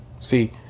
See